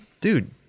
Dude